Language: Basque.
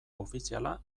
ofiziala